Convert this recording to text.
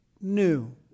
new